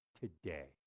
today